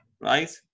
right